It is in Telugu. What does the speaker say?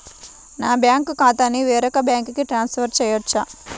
నా బ్యాంక్ ఖాతాని వేరొక బ్యాంక్కి ట్రాన్స్ఫర్ చేయొచ్చా?